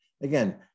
again